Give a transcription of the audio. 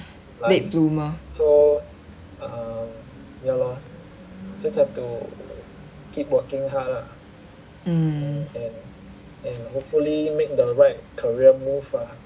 late bloomer mm